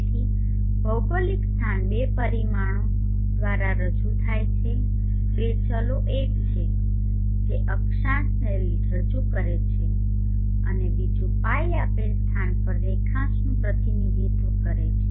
તેથી ભૌગોલિક સ્થાન બે પરિમાણો દ્વારા રજૂ થાય છે બે ચલો એક છે ϕ જે અક્ષાંશને રજૂ કરે છે અને બીજું λ આપેલ સ્થાન પર રેખાંશનું પ્રતિનિધિત્વ કરે છે